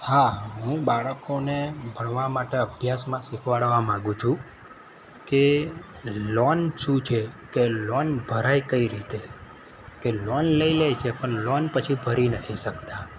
હા હું બાળકોને ભણવા માટે અભ્યાસમાં શીખવાડવા માગું છું કે લોન શું છે કે લોન ભરાય કઈ રીતે કે લોન લઈ લેછે પણ લોન પછી ભરી નથી શકતાં